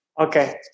Okay